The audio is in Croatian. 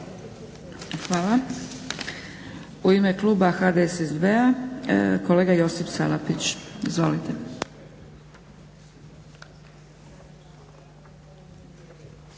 Hvala. U ime kluba HDSSB-a kolega Josip Salapić. Izvolite.